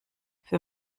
für